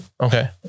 okay